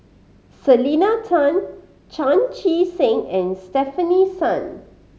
Selena Tan Chan Chee Seng and Stefanie Sun